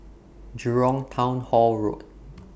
Jurong Town Hall Road